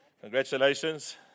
Congratulations